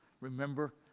Remember